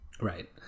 right